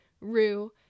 Rue